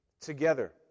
together